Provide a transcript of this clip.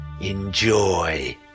Enjoy